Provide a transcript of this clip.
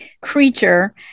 creature